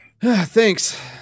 Thanks